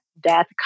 death